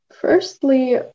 Firstly